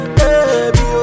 Baby